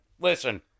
Listen